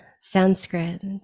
Sanskrit